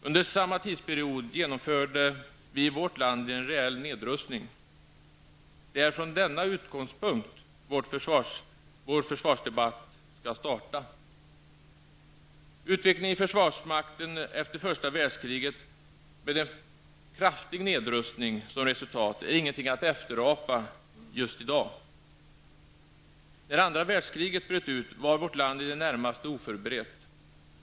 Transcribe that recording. Under samma tidsperiod genomförde vi i vårt land en reell nedrustning. Det är från denna utgångspunkt vår försvarsdebatt skall starta. Utvecklingen i försvarsmakten efter första världskriget med en kraftig nedrustning som resultat är ingenting att efterapa just i dag. När andra världskriget bröt ut var vårt land i det närmaste oförberett.